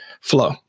flow